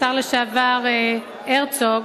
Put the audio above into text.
השר לשעבר הרצוג,